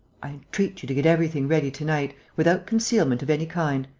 i entreat you to get everything ready to-night. without concealment of any kind.